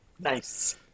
Nice